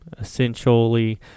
Essentially